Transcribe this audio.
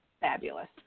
fabulous